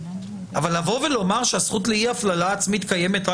לבוא ולומר שהזכות לאי הפללה עצמית קיימת רק